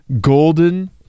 Golden